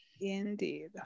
indeed